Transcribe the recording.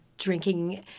Drinking